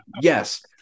yes